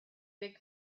big